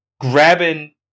grabbing